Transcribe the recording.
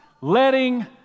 letting